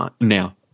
now